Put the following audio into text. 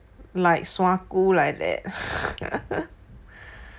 like sua ku like that